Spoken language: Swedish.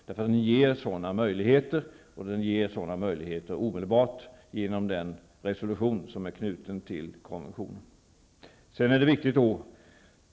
Den ger sådana möjligheter och det omedelbart, genom den resolution som är knuten till konventionen.